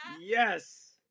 Yes